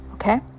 Okay